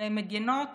ומגינות